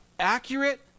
accurate